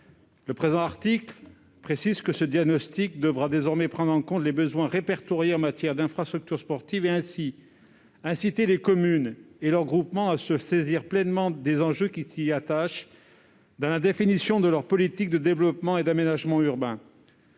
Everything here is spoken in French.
Le présent article précise en effet que ces diagnostics devront désormais prendre en compte les besoins en matière d'infrastructures répertoriés et, ainsi, inciter les communes et leurs groupements à se saisir pleinement des enjeux qui s'y attachent dans la définition de leur politique de développement et d'aménagement urbains.